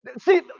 See